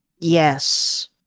Yes